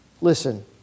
Listen